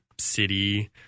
city